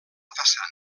façana